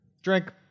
Drink